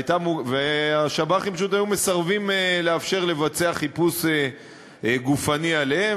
והשב"חים פשוט היו מסרבים לאפשר חיפוש גופני עליהם,